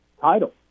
title